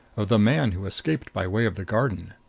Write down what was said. of the man who escaped by way of the garden.